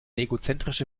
egozentrische